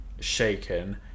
shaken